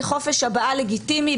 זה חופש הבעה לגיטימי,